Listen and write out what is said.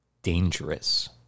Dangerous